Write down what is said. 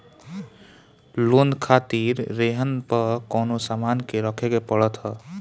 loan खातिर रेहन पअ कवनो सामान के रखे के पड़त हअ